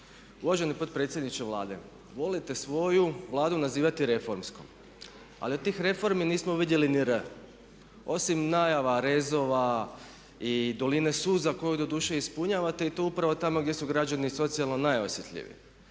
Uvaženi potpredsjedniče Vlade, volite svoju Vladu nazivati reformskom, ali od tih reformi nismo vidjeli ni R. Osim najava rezova i doline suza koju doduše ispunjavate i to upravo tamo gdje su građani socijalno najosjetljiviji.